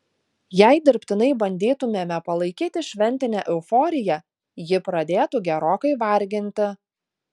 jei dirbtinai bandytumėme palaikyti šventinę euforiją ji pradėtų gerokai varginti